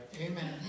Amen